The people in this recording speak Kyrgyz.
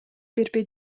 бербей